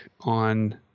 on